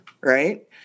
Right